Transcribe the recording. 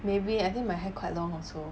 maybe I think my hair quite long also